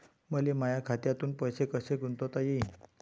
मले माया खात्यातून पैसे कसे गुंतवता येईन?